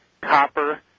copper